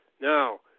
now